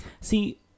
See